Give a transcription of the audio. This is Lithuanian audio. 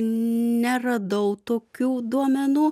neradau tokių duomenų